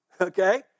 okay